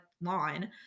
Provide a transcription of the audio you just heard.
lawn